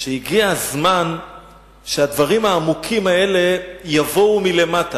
שהגיע הזמן שהדברים העמוקים האלה יבואו מלמטה.